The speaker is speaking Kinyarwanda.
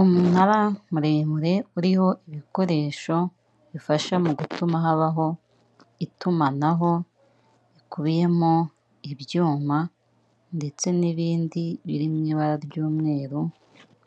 Umunara muremure uriho ibikoresho bifasha mu gutuma habaho itumanaho rikubiyemo ibyuma ndetse n'ibindi biri mu ibara ry'umweru